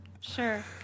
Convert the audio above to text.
sure